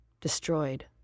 destroyed